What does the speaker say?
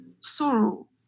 sorrow